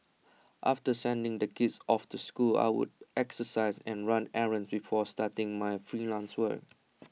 after sending the kids off to school I would exercise and run errands before starting my freelance work